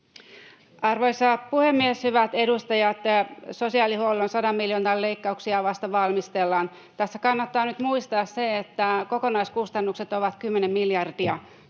Arvoisa puhemies! Hyvät edustajat, sosiaalihuollon sadan miljoonan leikkauksia vasta valmistellaan. Tässä kannattaa nyt muistaa se, että kokonaiskustannukset ovat kymmenen miljardia,